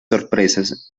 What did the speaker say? sorpresas